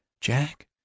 jack